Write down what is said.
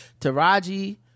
Taraji